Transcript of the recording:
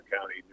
County